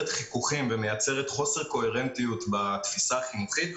חיכוכים וחוסר קוהרנטיות בתפיסה החינוכית.